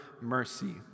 mercy